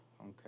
Okay